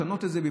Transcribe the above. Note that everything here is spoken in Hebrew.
לשנות את זה,